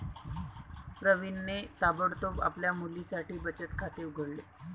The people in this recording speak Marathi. प्रवीणने ताबडतोब आपल्या मुलीसाठी बचत खाते उघडले